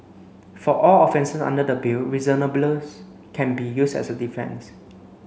for all offences under the bill can be used as a defence